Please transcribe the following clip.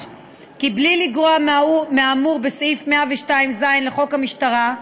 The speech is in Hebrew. כי בלי לגרוע מהאמור בסעיף 102ז לחוק המשטרה,